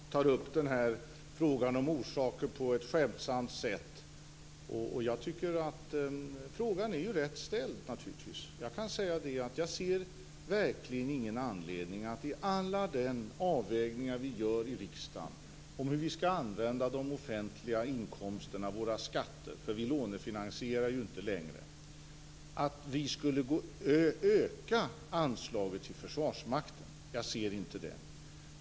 Fru talman! Göthe Knutson tar upp frågan om orsaker på ett skämtsamt sätt. Frågan är naturligtvis rätt ställd. Jag ser verkligen ingen anledning att vi i alla de avvägningar vi gör i riksdagen om hur vi skall använda de offentliga inkomsterna och våra skatter - vi lånefinansierar ju inte längre - skulle öka anslaget till Försvarsmakten.